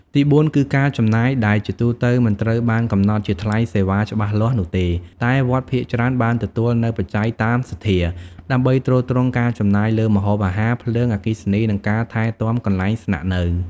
ទីបួនគឺ ការចំណាយ ដែលជាទូទៅមិនត្រូវបានកំណត់ជាថ្លៃសេវាច្បាស់លាស់នោះទេ តែវត្តភាគច្រើនបានទទួលនូវ បច្ច័យតាមសទ្ធា ដើម្បីទ្រទ្រង់ការចំណាយលើម្ហូបអាហារ ភ្លើង អគ្គិសនី និងការថែទាំកន្លែងស្នាក់នៅ។